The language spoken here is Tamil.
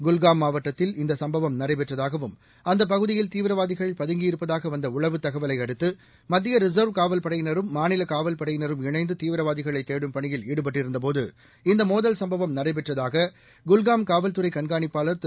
குல்காம் மாவட்டத்தில் இந்தசம்பவம் நடைபெற்றதாகவும் அந்தப் பகுதியில் தீவிரவாதிகள் பதங்கியிருப்பதாகவந்தஉளவுத் தகவலைஅடுத்து மத்தியரிசர்வ் காவல்படையினரும் மாநிலகாவல் படையினரும் இணைந்துதீவிரவாதிகளைதேடும் பணியில் ஈடுபட்டிருந்தபோது இந்தமோதல் சம்பவம் நடைபெற்றதாககுல்காம் காவல்துறைகண்காணிப்பாளர் திரு